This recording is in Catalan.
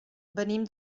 venim